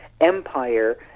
empire